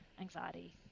anxiety